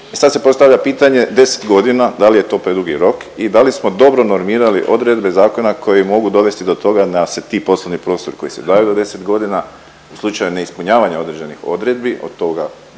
sad se postavlja pitanje 10 godina da li je to predugi rok i da li smo dobro normirali odredbe zakona koji mogu dovesti do toga da se ti poslovni prostori koji se daju na 10 godina u slučaju neispunjavanja određenih odredbi, od toga